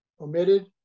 omitted